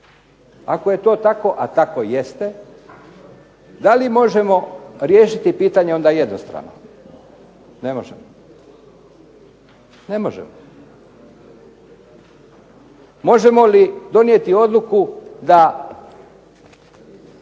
Ako je to tako, a tako jeste da li možemo riješiti pitanje onda jednostrano? Ne možemo. Možemo li donijeti odluku da